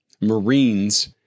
Marines